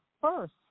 first